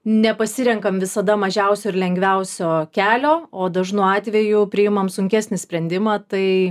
nepasirenkam visada mažiausio ir lengviausio kelio o dažnu atveju priimam sunkesnį sprendimą tai